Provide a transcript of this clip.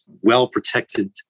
well-protected